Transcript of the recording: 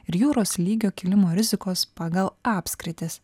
ir jūros lygio kilimo rizikos pagal apskritis